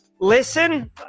listen